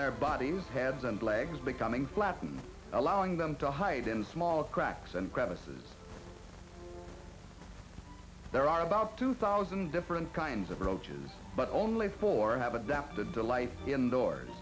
their bodies heads and legs becoming flattened allowing them to hide in small cracks and crevices there are about two thousand different kinds of roaches but only four have adapted to life in